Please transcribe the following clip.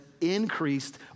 increased